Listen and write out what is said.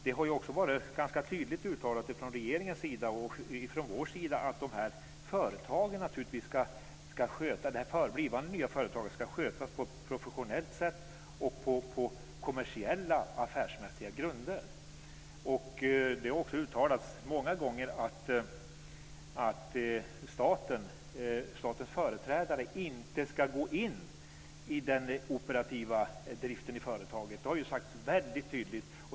Det har också varit ganska tydligt uttalat från regeringens sida och från vår sida att det blivande nya företaget ska skötas på professionellt sätt och på kommersiella affärsmässiga grunder. Det har också uttalats många gånger att statens företrädare inte ska gå in i den operativa driften i företaget. Det har sagts väldigt tydligt.